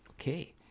Okay